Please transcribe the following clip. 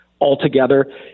altogether